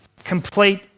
Complete